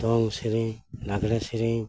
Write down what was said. ᱫᱚᱝ ᱥᱮᱨᱮᱧ ᱞᱟᱜᱽᱲᱮ ᱥᱮᱨᱮᱧ